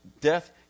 death